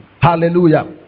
Hallelujah